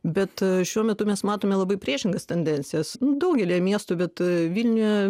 bet šiuo metu mes matome labai priešingas tendencijas daugelyje miestų bet vilniuje